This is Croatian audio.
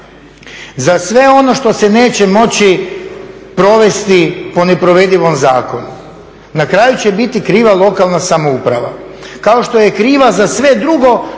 Za sve ono što se neće moći provesti po neprovedivom zakonu. Na kraju će biti kriva lokalna samouprava, kao što je kriva za sve drugo.